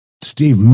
Steve